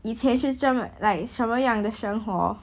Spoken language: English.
以前是这么 like 什么样的生活